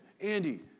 Andy